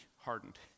hardened